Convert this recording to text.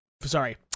Sorry